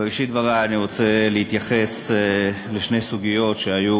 בראשית דברי אני רוצה להתייחס לשתי סוגיות שהיו